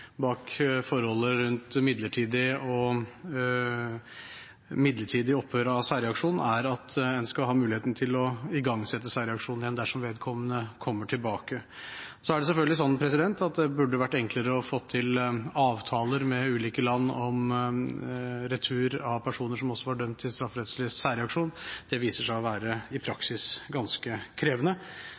bak forholdet rundt midlertidig opphør av særreaksjon er at en skal ha muligheten til å igangsette særreaksjonen igjen dersom vedkommende kommer tilbake. Så er det selvfølgelig sånn at det burde vært enklere å få til avtaler med ulike land om retur av personer som også er dømt til strafferettslig særreaksjon. Det viser seg å være ganske krevende i praksis.